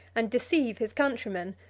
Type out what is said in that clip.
and deceive his countrymen,